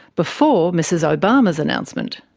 before mrs obama's announcement.